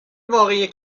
واقعی